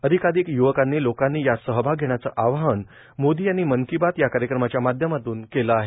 अधिकाधिक युवकांसह लोकांनी यात सहभाग घेण्याचं आवाहन मोदी यांनी मन की बात या कार्यक्रमाच्या माध्यमातून केलं आहे